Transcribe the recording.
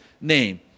name